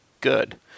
good